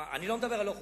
אני לא מדבר על לא חוקי.